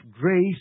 grace